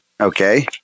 Okay